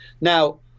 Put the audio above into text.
Now